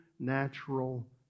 Natural